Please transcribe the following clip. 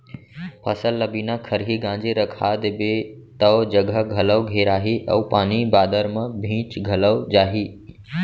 फसल ल बिना खरही गांजे रखा देबे तौ जघा घलौ घेराही अउ पानी बादर म भींज घलौ जाही